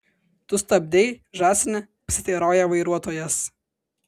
tu stabdei žąsine pasiteirauja vairuotojas